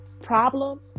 problem